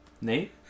Nate